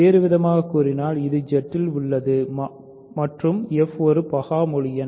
வேறுவிதமாகக் கூறினால் இது Z இல் உள்ளது மற்றும் f ஒரு பகா முழு எண்